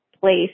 place